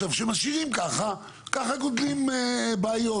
עכשיו, כשמשאירים ככה אז ככה גדלים בעיות.